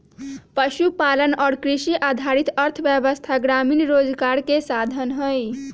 पशुपालन और कृषि आधारित अर्थव्यवस्था ग्रामीण रोजगार के साधन हई